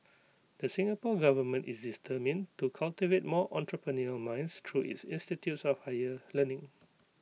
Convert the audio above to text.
the Singapore Government is determined to cultivate more entrepreneurial minds through its institutes of higher learning